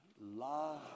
Love